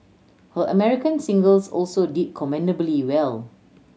her American singles also did commendably well